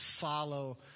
follow